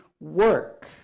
work